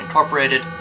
Incorporated